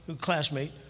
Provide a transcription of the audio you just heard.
classmate